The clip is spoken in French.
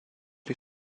les